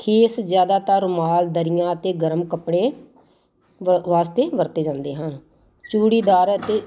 ਖੇਸ ਜ਼ਿਆਦਾਤਰ ਮਾਲ ਦਰੀਆਂ ਅਤੇ ਗਰਮ ਕੱਪੜੇ ਵ ਵਾਸਤੇ ਵਰਤੇ ਜਾਂਦੇ ਹਨ ਚੂੜੀਦਾਰ ਅਤੇ